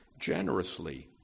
generously